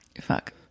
fuck